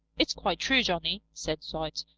it's quite true, johnny, said site.